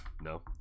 No